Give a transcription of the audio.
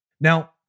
Now